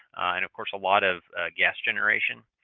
and of course a lot of gas generation.